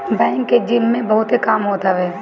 bank के जिम्मे बहुते काम होत हवे